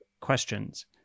questions